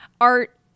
art